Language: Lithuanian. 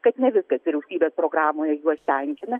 kad ne viskas vyriausybės programoje juos tenkina